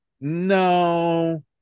No